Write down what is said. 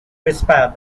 whispered